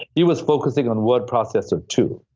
he was focusing on word processor two.